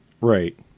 Right